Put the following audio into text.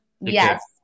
Yes